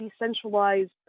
decentralized